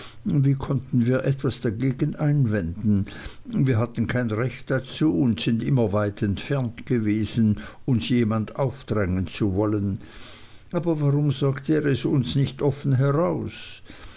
wie konnten wir etwas dagegen einwenden wir hatten kein recht dazu und sind immer weit entfernt gewesen uns jemand aufdrängen zu wollen aber warum sagte er es nicht offen heraus